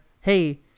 hey